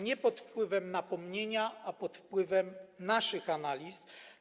Nie pod wpływem napomnienia, a pod wpływem naszych analiz.